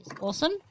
awesome